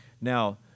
Now